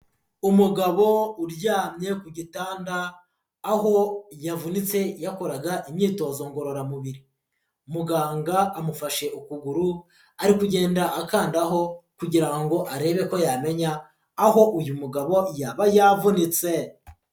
Umugabo uryamye ku gitanda, aho yavunitse yakoraga imyitozo ngororamubiri, muganga amufashe ukuguru ari kugenda akandaho kugira ngo arebe ko yamenya aho uyu mugabo yaba yavunitse.